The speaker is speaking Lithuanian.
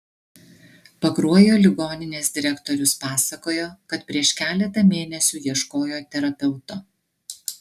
pakruojo ligoninės direktorius pasakojo kad prieš keletą mėnesių ieškojo terapeuto